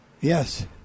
Yes